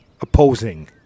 opposing